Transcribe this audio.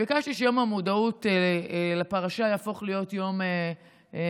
ביקשתי שיום המודעות לפרשה יהפוך להיות יום לאומי: